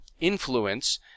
influence